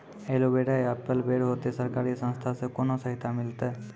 Aloe vera या apple बैर होते? सरकार या संस्था से कोनो सहायता मिलते?